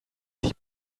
sich